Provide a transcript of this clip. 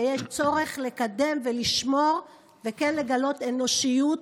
ויש צורך לקדם ולשמור ולגלות אנושיות